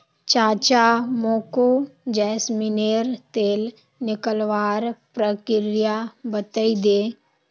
चाचा मोको जैस्मिनेर तेल निकलवार प्रक्रिया बतइ दे